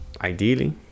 Ideally